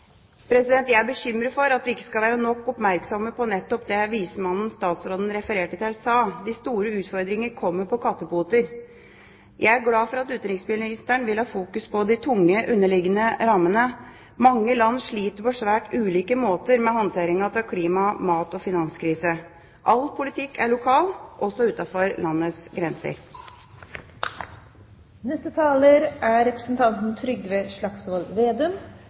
Jeg er bekymret for at vi ikke skal være nok oppmerksomme på nettopp det den vismannen utenriksministeren refererte til, sa: «Store forandringer kommer smygende på kattepoter.» Jeg er glad for at utenriksministeren vil ha fokus på de tunge underliggende rammene. Mange land sliter på svært ulike måter med håndteringen av klima-, mat- og finanskrise. All politikk er lokal, også utenfor landets grenser. Det går mot slutten av debatten, og